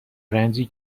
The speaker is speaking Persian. رنجی